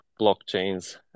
blockchains